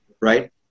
right